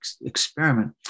experiment